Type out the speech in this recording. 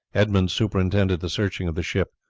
edmund superintended the searching of the ship.